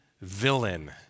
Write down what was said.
villain